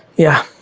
yeah,